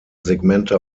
segmente